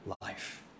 life